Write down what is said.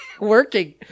working